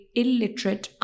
illiterate